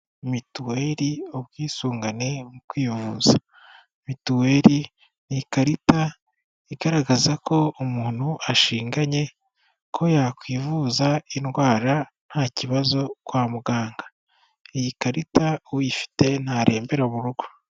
Mituweli ubwisungane mu kwivuza, mituweli ni ikarita igaragaza ko umuntu ashinganye, ko yakwivuza indwara nta kibazo, kwa muganga iyi karita uyifite ntarembera mu rugo.